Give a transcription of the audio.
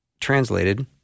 translated